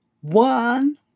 one